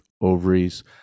ovaries